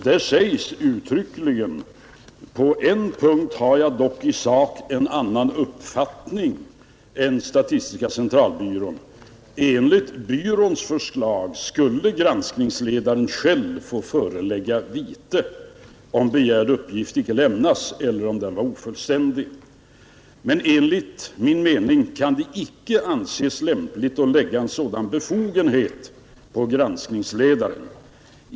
Där sägs uttryckligen: ”På en punkt har jag dock i sak en annan uppfattning än SCB. Enligt SCB:s förslag skulle granskningsledaren själv få förelägga vite, om begärd uppgift inte lämnas eller är ofullständig. Enligt min mening kan det inte anses lämpligt att lägga en sådan befogenhet på granskningsledaren.